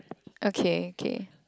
okay okay